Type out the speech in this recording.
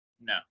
No